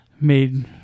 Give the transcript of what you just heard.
made